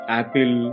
Apple